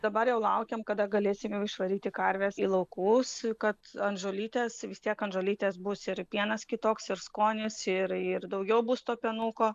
dabar jau laukiam kada galėsim jau išvaryti karves į laukus kad ant žolytės vis tiek ant žolytės bus ir pienas kitoks ir skonis ir ir daugiau bus to pienuko